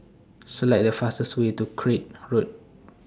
Select The fastest Way to Craig Road